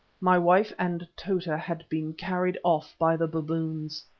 my wife and tota had been carried off by the baboons.